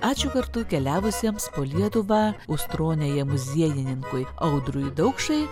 ačiū kartu keliavusiems po lietuvą ustronėje muziejininkui audriui daukšai